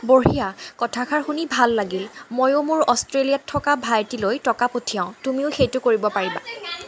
বঢ়িয়া কথাষাৰ শুনি ভাল লাগিল মইও মোৰ অষ্ট্ৰেলিয়াত থকা ভাইটিলৈ টকা পঠিয়াও তুমিও সেইটো কৰিব পাৰিবা